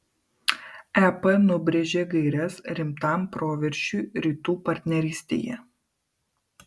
ep nubrėžė gaires rimtam proveržiui rytų partnerystėje